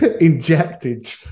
injected